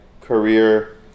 career